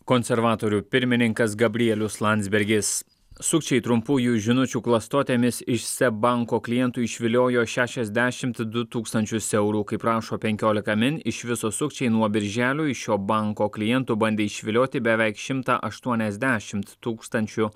konservatorių pirmininkas gabrielius landsbergis sukčiai trumpųjų žinučių klastotėmis iš seb banko klientų išviliojo šešiasdešimt du tūkstančius eurų kaip rašo penkiolika min iš viso sukčiai nuo birželio iš šio banko klientų bandė išvilioti beveik šimtą aštuoniasdešimt tūkstančių